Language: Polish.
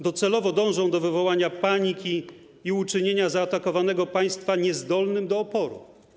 Docelowo dążą do wywołania paniki i uczynienia zaatakowanego państwa niezdolnym do oporu.